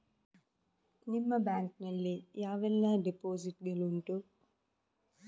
ನಿಮ್ಮ ಬ್ಯಾಂಕ್ ನಲ್ಲಿ ಯಾವೆಲ್ಲ ಡೆಪೋಸಿಟ್ ಗಳು ಉಂಟು?